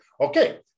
Okay